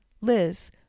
Liz